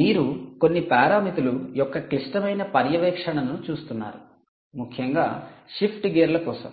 మీరు కొన్ని పారామితుల యొక్క క్లిష్టమైన పర్యవేక్షణను చూస్తున్నారు ముఖ్యంగా షిఫ్ట్ గేర్ల కోసం